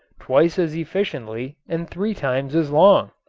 twice as efficiently and three times as long.